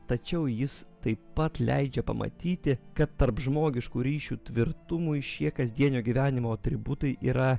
tačiau jis taip pat leidžia pamatyti kad tarp žmogiškų ryšių tvirtumui šie kasdienio gyvenimo atributai yra